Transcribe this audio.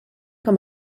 com